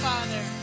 Father